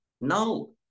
no